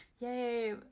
Yay